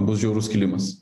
bus žiaurus kilimas